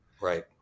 right